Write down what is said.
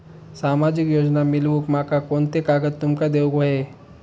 सामाजिक योजना मिलवूक माका कोनते कागद तुमका देऊक व्हये?